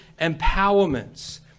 empowerments